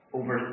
over